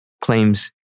claims